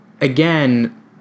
again